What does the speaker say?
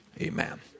Amen